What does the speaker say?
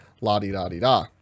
la-di-da-di-da